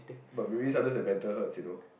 but maybe sometimes the banter hurts you know